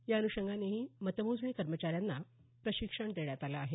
या अन्षंगानेही मतमोजणी कर्मचाऱ्यांना प्रशिक्षण देण्यात आले आहे